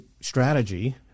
strategy